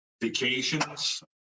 vacations